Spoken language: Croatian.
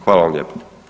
Hvala vam lijepa.